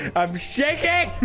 i'm shaking